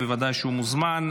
בוודאי שהוא מוזמן.